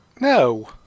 No